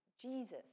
Jesus